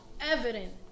evident